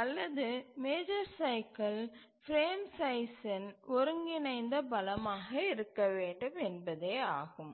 அல்லது major cycle frame சைஸ்சின் ஒருங்கிணைந்த பலமாக இருக்க வேண்டும் என்பதே ஆகும்